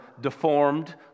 deformed